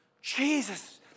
Jesus